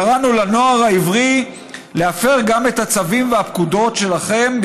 קראנו לנוער העברי להפר גם את הצווים והפקודות שלכם,